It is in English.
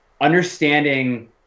understanding